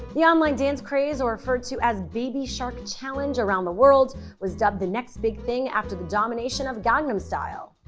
the online dance craze or referred to as baby shark challenge around the world was dubbed the next big thing after the domination of gangnam style.